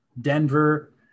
Denver